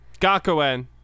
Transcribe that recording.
Gakuen